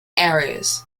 areas